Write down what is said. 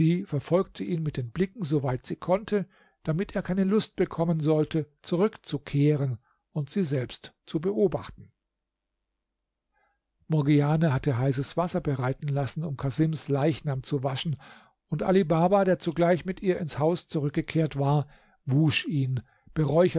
verfolgte ihn mit den blicken so weit sie konnte damit er keine lust bekommen sollte zurückzukehren und sie selbst zu beobachten morgiane hatte heißes wasser bereiten lassen um casims leichnam zu waschen und ali baba der zugleich mit ihr ins haus zurückgekehrt war wusch ihn